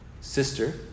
sister